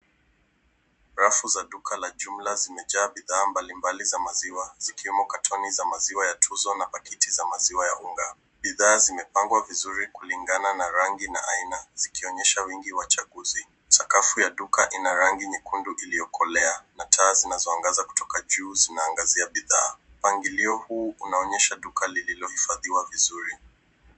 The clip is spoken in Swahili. Rafu za duka la jumla zimejaa bidhaa mbalimbali za maziwa zikiwemo katoni za maziwa ya Tuzo na pakiti za maziwa ya unga. Bidhaa zimepangwa vizuri kulingana na rangi na aina zikionyesha wingi wa chaguzi. Sakafu ya duka ina rangi nyekundu iliyokolea na taa zinazoangaza kutoka juu zinaangazia bidhaa. Mpangilio huu unaonyesha duka lililohifadhiwa vizuri.